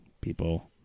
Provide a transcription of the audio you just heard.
people